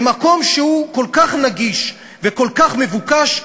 במקום שהוא כל כך נגיש וכל כך מבוקש,